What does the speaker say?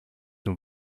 nur